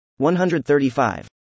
135